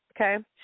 okay